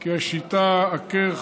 כי השיטה "עקר,